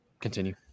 Continue